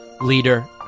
Leader